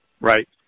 Right